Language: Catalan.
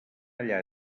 allà